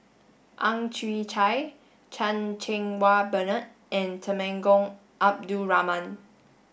Ang Chwee Chai Chan Cheng Wah Bernard and Temenggong Abdul Rahman